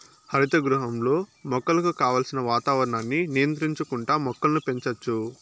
హరిత గృహంలో మొక్కలకు కావలసిన వాతావరణాన్ని నియంత్రించుకుంటా మొక్కలను పెంచచ్చు